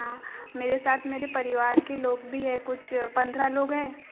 हाँ मेरे साथ मेरे परिवार के लोग भी है कुछ पंद्रह लोग हैं